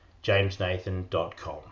jamesnathan.com